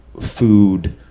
food